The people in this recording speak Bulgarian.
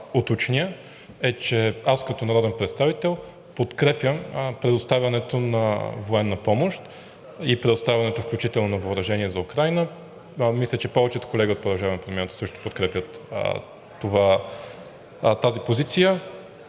е, че аз като народен представител подкрепям предоставянето на военна помощ и предоставянето включително на въоръжение за Украйна и мисля, че повечето колеги от „Продължаваме Промяната“ също подкрепят тази позиция,